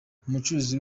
umucuruzi